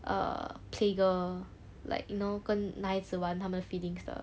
uh play girl like you know 跟男孩子玩他们 feelings 的